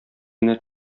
генә